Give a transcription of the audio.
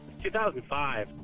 2005